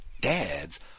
dads